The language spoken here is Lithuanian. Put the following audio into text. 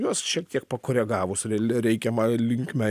juos šiek tiek pakoregavus reikiama linkme